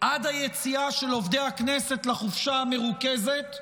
עד היציאה של עובדי הכנסת לחופשה המרוכזת,